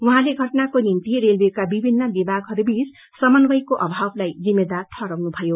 उाहाँले घटनाको निम्ति रेलवेका विभिन्न विभागहरूबीच समन्वयको अभावलाई जिम्मेदार ठहराउन् भयो